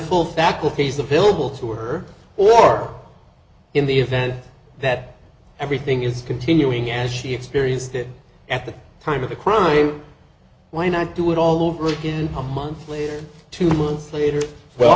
full faculties the pill to her or in the event that everything is continuing as she experienced it at the time of the crime why not do it all over again a month later two months later w